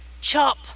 chop